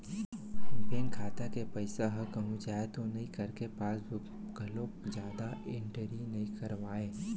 bank खाता के पइसा ह कहूँ जाए तो नइ करके पासबूक म घलोक जादा एंटरी नइ करवाय